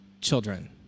children